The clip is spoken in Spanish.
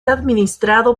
administrado